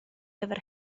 gyfer